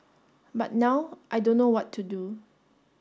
but now I don't know what to do